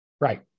Right